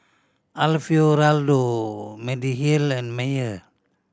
Alfio Raldo Mediheal and Mayer